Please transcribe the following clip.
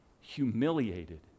humiliated